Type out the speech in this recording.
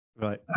Right